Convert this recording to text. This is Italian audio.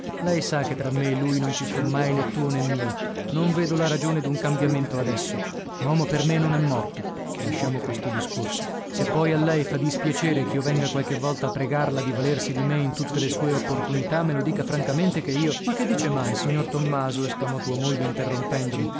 lei sa che tra me e lui non ci fu mai né tuo né mio non vedo la ragione d'un cambiamento adesso momo per me non è morto lasciamo questo discorso se poi a lei fa dispiacere ch'io venga qualche volta a pregarla di valersi di me in tutte le sue opportunità me lo dica francamente che io ma che dice mai signor tommaso esclamò tua moglie interrompendomi